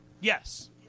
Yes